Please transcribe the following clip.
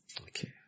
Okay